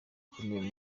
ukomoka